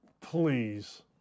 please